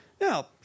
Now